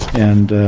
and